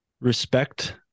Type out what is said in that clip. respect